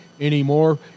anymore